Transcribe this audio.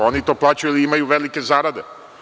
Oni to plaćaju jer imaju velike zarade.